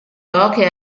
poche